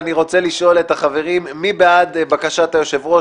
ואני רוצה לשאול את החברים: מי בעד בקשת היושב-ראש?